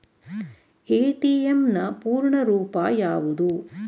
ATM ನ ಪೂರ್ಣ ರೂಪ ಯಾವುದು?